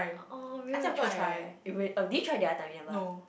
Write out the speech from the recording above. orh I really want to try eh real oh did you try the other time you never